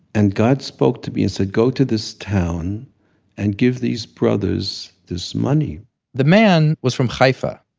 and god spoke to me and said, go to this town and give these brothers this money the man was from haifa,